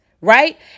right